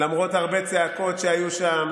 למרות שהרבה צעקות היו שם,